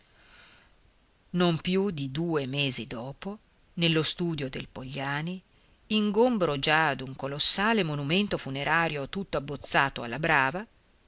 non più di due mesi dopo nello studio del pogliani ingombro già d'un colossale monumento funerario tutto abbozzato alla brava